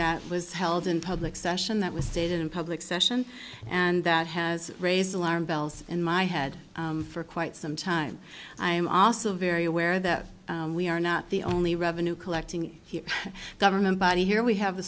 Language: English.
that was held in public session that was stated in public session and that has raised alarm bells in my head for quite some time i am also very aware that we are not the only revenue collecting government body here we have the